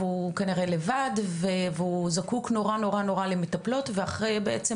הוא כנראה לבד והוא זקוק נורא למטפלות ואחרי בעצם